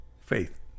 Faith